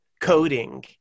coding